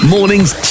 Morning's